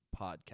podcast